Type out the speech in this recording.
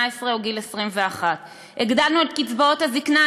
או לגיל 21. הגדלנו את קצבאות הזיקנה,